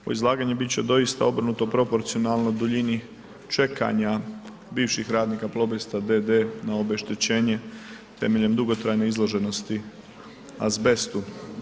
Ovo izlaganje bit će doista obrnuto proporcionalno duljini čekanja bivših radnika „Plobest d.d.“ na obeštećenje temeljem dugotrajne izloženosti azbestu.